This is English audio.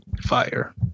Fire